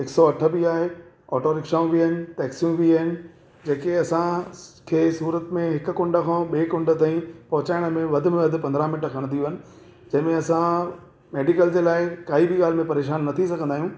हिक सौ अठ बि आहे ऑटो रिक्शाऊं बि आहिनि टैक्सियूं बि आहिनि जेके असांखे सूरत में हिक कुंड खां ॿिए कुंड ताईं पोहचायण में वधि में वधि पंद्राहं मिंट खणंदियूं आहिनि जंहिंमें असां मेडिकल जे लाइ काई बि ॻाल्हि में परेशान न थी सघंदा आहियूं